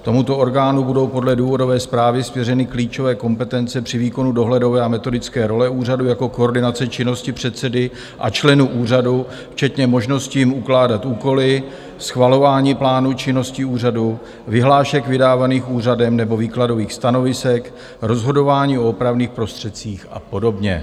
Tomuto orgánu budou podle důvodové zprávy svěřeny klíčové kompetence při výkonu dohledové a metodické role úřadu, jako koordinace činnosti předsedy a členů úřadu včetně možnosti jim ukládat úkoly, schvalování plánu činnosti úřadu, vyhlášek vydávaných úřadem nebo výkladových stanovisek, rozhodování o opravných prostředcích a podobně.